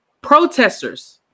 Protesters